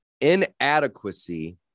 inadequacy